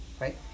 right